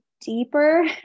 deeper